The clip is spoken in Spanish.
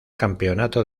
campeonato